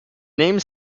name